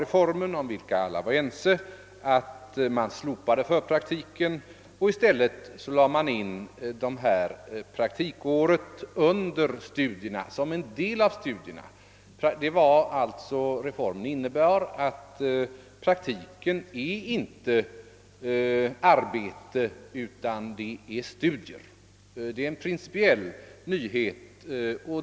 Reformen — om vilken vi alla var ense — innebar ett slopande av förpraktiken och i stället lades ett praktikår in under studietiden som en del av studierna. Reformen innebar alltså att praktiken inte är arbete utan studier. Detta är en principiell nyhet.